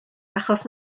achos